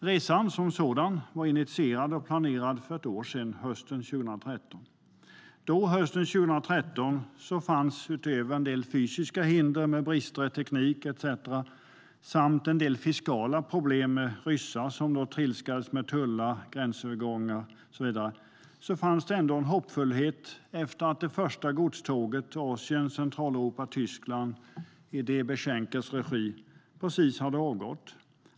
Resan var initierad och planerad för ett år sedan, hösten 2013. Då fanns det - utöver en del fysiska hinder med brister i teknik etcetera samt en del fiskala problem med ryssar som trilskades med tullar, gränsövergångar och så vidare - ändå en hoppfullhet efter att det första godståget mellan Asien och Tyskland i Centraleuropa, i DB Schenkers regi, precis hade avgått.